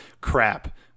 crap